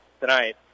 tonight